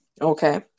Okay